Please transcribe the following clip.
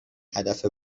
هدف